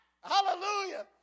Hallelujah